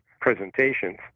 presentations